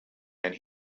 and